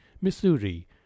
missouri